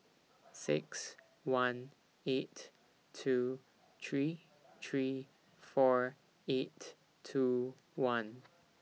six one eight two three three four eight two one